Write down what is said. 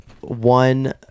one